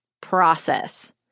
process